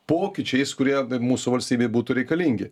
pokyčiais kurie mūsų valstybei būtų reikalingi